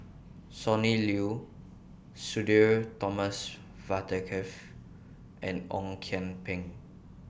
Sonny Liew Sudhir Thomas Vadaketh and Ong Kian Peng